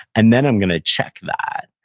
and then i'm gonna check that,